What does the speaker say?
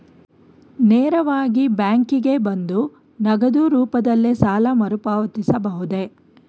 ನೇರವಾಗಿ ಬ್ಯಾಂಕಿಗೆ ಬಂದು ನಗದು ರೂಪದಲ್ಲೇ ಸಾಲ ಮರುಪಾವತಿಸಬಹುದೇ?